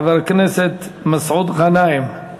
חבר הכנסת מסעוד גנאים.